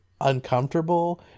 uncomfortable